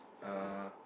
uh